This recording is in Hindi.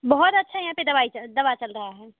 बहुत अच्छा यहाँ पर दवाई च दवा चल रहा है